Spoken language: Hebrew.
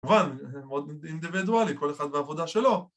‫כמובן, מאוד אינדיבידואלי, ‫כל אחד בעבודה שלו.